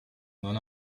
non